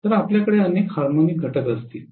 तर आपल्याकडे अनेक हार्मोनिक घटक असतील